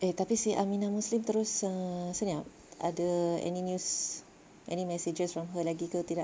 eh tapi si Aminah muslim terus ah senyap ada any news any messages from her lagi ke tidak